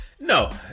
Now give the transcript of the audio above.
No